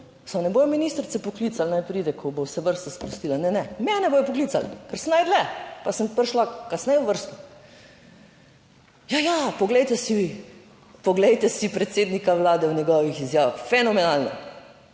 samo ne bodo ministrice poklicali naj pride, ko bo vrsta sprostila, ne, ne, mene bodo poklicali, ker sem najdlje, pa sem prišla kasneje v vrsto. Ja, ja, poglejte si, poglejte si predsednika Vlade v njegovih izjavah, fenomenalno.